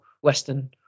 Western